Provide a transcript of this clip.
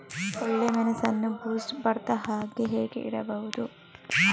ಒಳ್ಳೆಮೆಣಸನ್ನು ಬೂಸ್ಟ್ ಬರ್ದಹಾಗೆ ಹೇಗೆ ಇಡಬಹುದು?